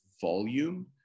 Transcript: volume